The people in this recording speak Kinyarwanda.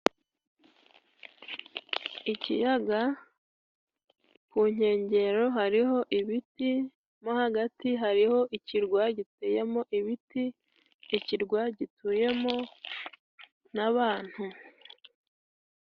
Ikiyaga ku nkengero hariho ibiti， mo hagati hariho ikirwa giteyemo ibiti，ikirwa gituyemo n'abantu.